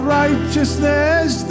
righteousness